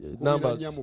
numbers